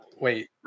wait